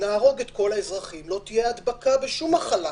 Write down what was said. נהרוג את כל האזרחים ולא תהיה הדבקה בשום מחלה.